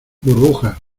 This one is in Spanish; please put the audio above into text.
burbuja